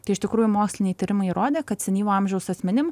tai iš tikrųjų moksliniai tyrimai įrodė kad senyvo amžiaus asmenim